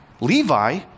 Levi